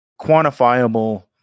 quantifiable